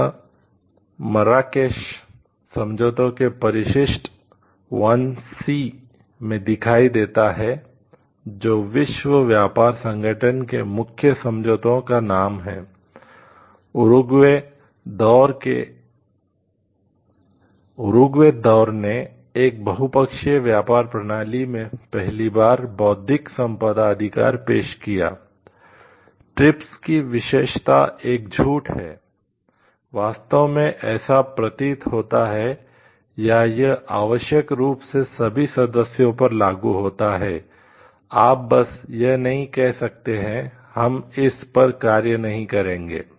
यह मर्राकेश की विशिष्टता एक झूठ है वास्तव में ऐसा प्रतीत होता है या यह आवश्यक रूप से सभी सदस्यों पर लागू होता है आप बस यह नहीं कह सकते हैं हम इस पर कार्य नहीं करेंगे